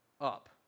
up